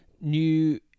new